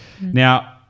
Now